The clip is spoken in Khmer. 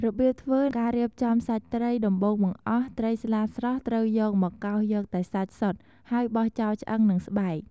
របៀបធ្វើ ការរៀបចំសាច់ត្រី ដំបូងបង្អស់ ត្រីស្លាតស្រស់ត្រូវយកមកកោសយកតែសាច់សុទ្ធ ហើយបោះចោលឆ្អឹង និងស្បែក។